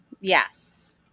Yes